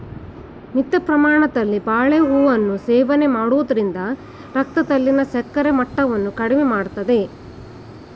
ಮಿತ ಪ್ರಮಾಣದಲ್ಲಿ ಬಾಳೆಹೂವನ್ನು ಸೇವನೆ ಮಾಡೋದ್ರಿಂದ ರಕ್ತದಲ್ಲಿನ ಸಕ್ಕರೆ ಮಟ್ಟವನ್ನ ಕಡಿಮೆ ಮಾಡ್ತದೆ